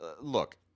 look